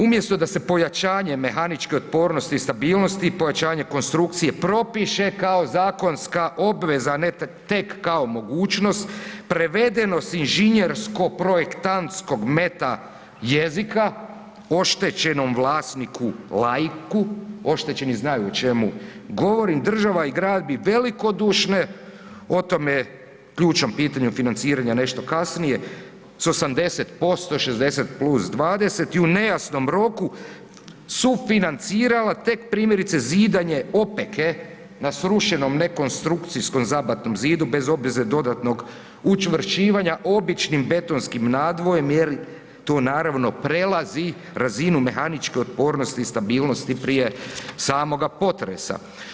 Umjesto pojačanje mehaničke otpornosti i stabilnosti i pojačanje konstrukcije propiše kao zakonska obveza, a ne tek kao mogućnost, prevedeno s inženjersko-projektantskog meta jezika oštećenom vlasniku laiku, oštećeni znaju o čemu govorim, država i grad bi velikodušne, o tome ključnom pitanju financiranja nešto kasnije, s 80%, 60+20 i u nejasnom roku sufinancirala tek primjerice zidanje opeke na srušenom ne konstrukcijskom zabatnom zidu bez obveze dodatnog učvršćivanja običnim betonskim nadvojem jer tu naravno prelazi razinu mehaničke otpornosti i stabilnosti prije samoga potresa.